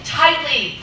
tightly